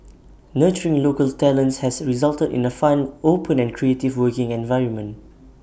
nurturing local talents has resulted in A fun open and creative working environment